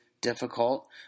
difficult